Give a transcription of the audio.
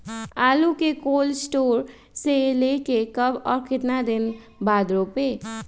आलु को cold store से ले के कब और कितना दिन बाद रोपे?